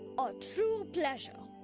a true pleasure!